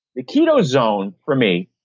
the keto zone, for me,